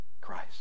Christ